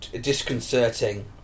disconcerting